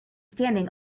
standing